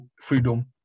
freedom